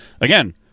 again